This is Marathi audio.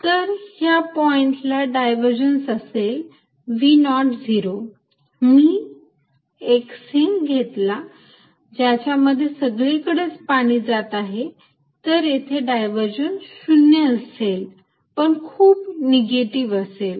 तर ह्या पॉइंटला डायव्हर्जन्स असेल v नॉट झिरो मी एक सिंक घेतला ज्याच्या मध्ये सगळीकडचे पाणी जात आहे तर येथे डायव्हर्जन्स 0 नसेल पण खूप निगेटिव्ह असेल